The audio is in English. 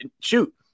shoot